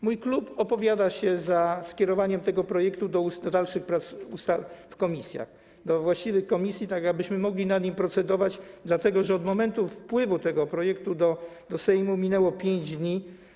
Mój klub opowiada się za skierowaniem tego projektu do dalszych prac we właściwych komisji, tak abyśmy mogli nad nim procedować, dlatego że od momentu wpływu tego projektu do Sejmu minęło 5 dni.